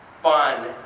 fun